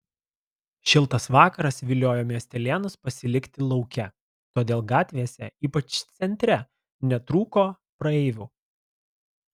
šiltas vakaras viliojo miestelėnus pasilikti lauke todėl gatvėse ypač centre netrūko praeivių